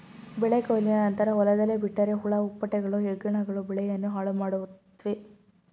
ಬೆಳೆ ಕೊಯ್ಲಿನ ನಂತರ ಹೊಲದಲ್ಲೇ ಬಿಟ್ಟರೆ ಹುಳ ಹುಪ್ಪಟೆಗಳು, ಹೆಗ್ಗಣಗಳು ಬೆಳೆಯನ್ನು ಹಾಳುಮಾಡುತ್ವೆ